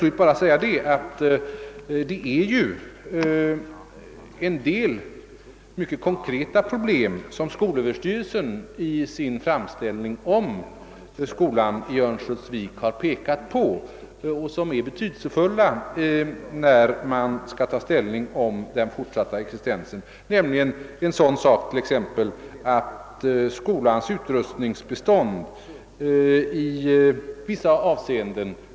Slutligen vill jag säga att det ju finns en del mycket konkreta problem, vilka skolöverstyrelsen i sin framställning om skolan i Örnsköldsvik har påvisat och som det är betydelsefullt att ta upp vid ställningstagandet till skolans fortsatta existens, t.ex. i fråga om skolans utrustningsbestånd i vissa avseenden.